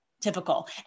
typical